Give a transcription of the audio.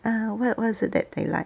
ah what is it that they like